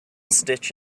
stitch